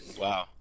Wow